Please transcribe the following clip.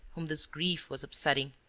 whom this grief was upsetting,